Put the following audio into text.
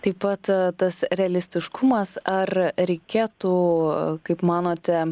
taip pat tas realistiškumas ar reikėtų kaip manote